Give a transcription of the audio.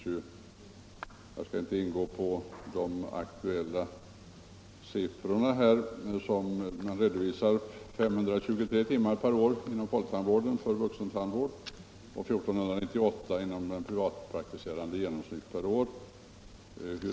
Jag skall inte gå in närmare på de aktuella siffrorna som man redovisar —- 523 timmar per år inom folktandvården för vuxentandvård och 1498 hos de privatpraktiserande tandläkarna per år i genomsnitt.